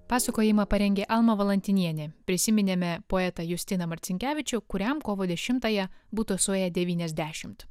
pasakojimą parengė alma valantinienė prisiminėme poetą justiną marcinkevičių kuriam kovo dešimtąją būtų suėję devyniasdešimt